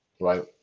right